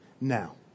Now